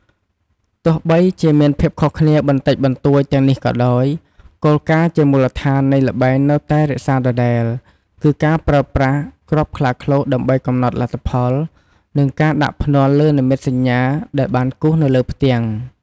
ទោះបីជាមានភាពខុសគ្នាបន្តិចបន្តួចទាំងនេះក៏ដោយ គោលការណ៍ជាមូលដ្ឋាន នៃល្បែងនៅតែរក្សាដដែល គឺការប្រើប្រាស់គ្រាប់ខ្លាឃ្លោកដើម្បីកំណត់លទ្ធផល និងការដាក់ភ្នាល់លើនិមិត្តសញ្ញាដែលបានគូរនៅលើផ្ទាំង។